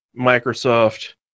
microsoft